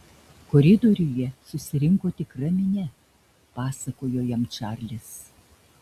koridoriuje susirinko tikra minia pasakojo jam čarlis